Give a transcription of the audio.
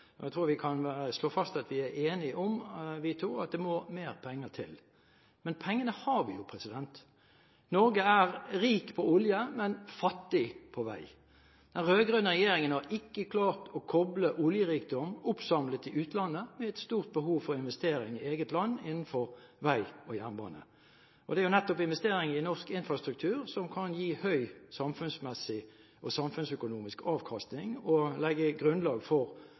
kan slå fast at vi to er enige om at det må mer penger til. Pengene har vi jo – Norge er rikt på olje, men fattig på vei. Den rød-grønne regjeringen har ikke klart å koble oljerikdom oppsamlet i utlandet med et stort behov for investeringer i eget land innenfor vei og jernbane. Det er nettopp investeringer i norsk infrastruktur som kan gi høy samfunnsmessig og samfunnsøkonomisk avkastning og legge grunnlag for